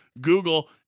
Google